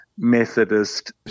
Methodist